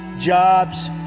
jobs